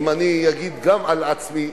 אם אני אגיד גם על עצמי,